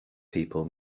people